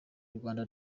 rwanda